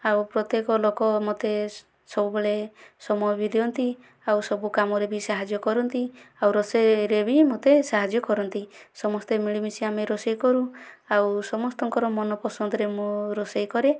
ଆଉ ପ୍ରତ୍ୟକ ଲୋକ ମୋତେ ସବୁବେଳେ ସମୟ ବି ଦିଅନ୍ତି ଆଉ ସବୁ କାମରେ ବି ସାହାଯ୍ୟ କରନ୍ତି ଆଉ ରୋଷେଇରେ ବି ମୋତେ ସାହାଯ୍ୟ କରନ୍ତି ସମସ୍ତେ ମିଳି ମିଶି ଆମେ ରୋଷେଇ କରୁ ଆଉ ସମସ୍ତଙ୍କର ମନ ପସନ୍ଦରେ ମୁଁ ରୋଷେଇ କରେ